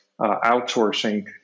outsourcing